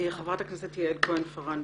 חברת הכנסת יעל כהן-פארן.